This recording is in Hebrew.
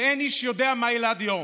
ואין איש יודע מה ילד יום.